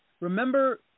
remember